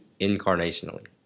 incarnationally